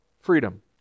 freedom